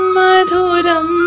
madhuram